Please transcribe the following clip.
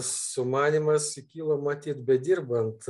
sumanymas kilo matyt bedirbant